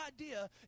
idea